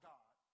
God